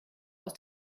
aus